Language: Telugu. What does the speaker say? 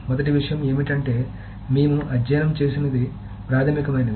మొదటి విషయం ఏమిటంటే మేము అధ్యయనం చేసినది ప్రాథమికమైనది